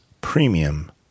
premium